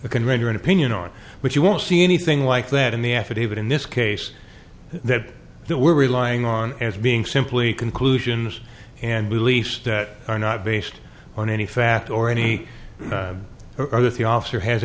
can render an opinion on but you won't see anything like that in the affidavit in this case that they were relying on as being simply conclusions and beliefs that are not based on any facts or any or that the officer has